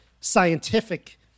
scientific